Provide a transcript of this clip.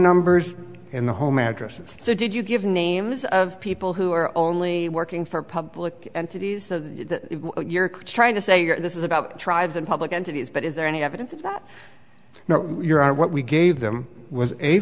numbers in the home addresses so did you give names of people who are only working for public entities you're trying to say you're this is about tribes and public entities but is there any evidence that you know your are what we gave them was a